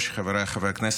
חבריי חברי הכנסת,